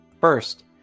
First